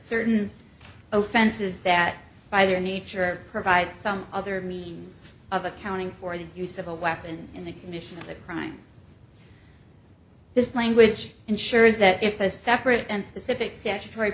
certain offenses that by their nature provides some other means of accounting for the use of a weapon in the commission of the crime this language ensures that if a separate and specific statutory